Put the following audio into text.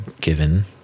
given